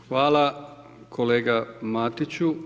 Hvala kolega Matiću.